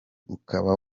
ukaba